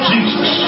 Jesus